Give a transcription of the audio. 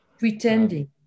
Pretending